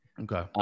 okay